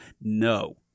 No